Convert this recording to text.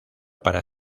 para